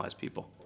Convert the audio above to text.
people